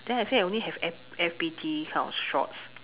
then I say I only have F F_B_T kind of shorts